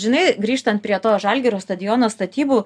žinai grįžtant prie to žalgirio stadiono statybų